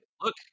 look